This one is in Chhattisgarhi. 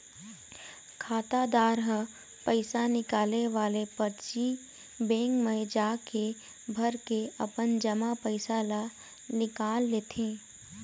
खातादार ह पइसा निकाले वाले परची बेंक म जाके भरके अपन जमा पइसा ल निकाल लेथे